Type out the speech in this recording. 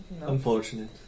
Unfortunate